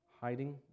hiding